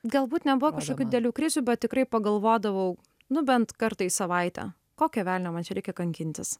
galbūt nebuvo kažkokių didelių krizių bet tikrai pagalvodavau nu bent kartą į savaitę kokio velnio man čia reikia kankintis